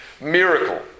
miracle